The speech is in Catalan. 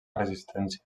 resistència